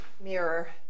mirror